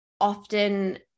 often